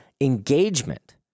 engagement